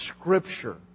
Scripture